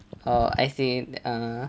err as in err